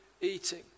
eating